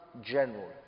general